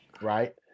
Right